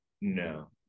No